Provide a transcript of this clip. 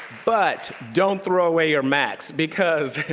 but, don't throw away your macs, because,